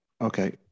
Okay